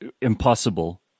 impossible